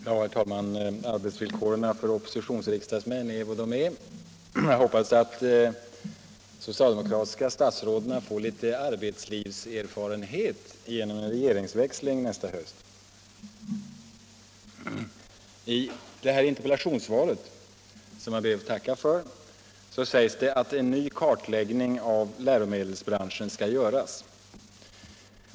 Herr talman! Arbetsvillkoren för oppositionsriksdagsmän är vad de är. Jag hoppas att de socialdemokratiska statsråden får litet arbetslivs erfarenhet genom en regeringsväxling nästa höst. Nr 15 I interpellationssvaret, som jag tackar för, sägs det att en ny kart Tisdagen den läggning av läromedelsbranschen skall göras.